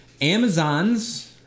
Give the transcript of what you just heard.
Amazon's